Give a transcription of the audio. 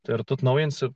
turtui atnaujinti su